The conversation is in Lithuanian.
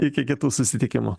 iki kitų susitikimų